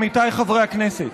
עמיתיי חברי הכנסת,